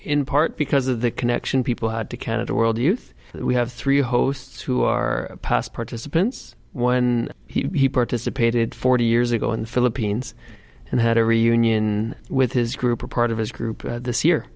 in part because of the connection people had to canada world youth we have three hosts who are past participants when he participated forty years ago in the philippines and had a reunion with his group are part of his group this year